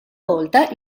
volta